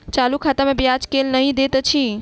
चालू खाता मे ब्याज केल नहि दैत अछि